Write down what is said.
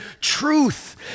truth